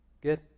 Good